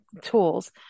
tools